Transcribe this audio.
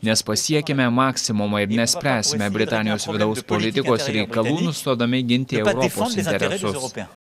nes pasiekėme maksimumą ir nespręsime britanijos vidaus politikos reikalų nustodami ginti europos interesus